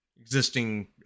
existing